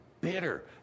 bitter